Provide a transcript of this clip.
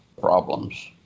problems